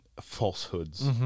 falsehoods